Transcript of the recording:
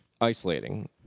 isolating